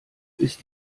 ist